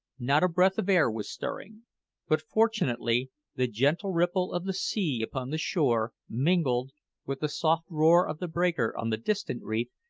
not a breath of air was stirring but fortunately the gentle ripple of the sea upon the shore, mingled with the soft roar of the breaker on the distant reef,